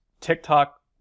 TikTok